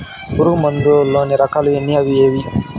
పులుగు మందు లోని రకాల ఎన్ని అవి ఏవి?